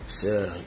Sure